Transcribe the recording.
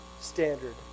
standard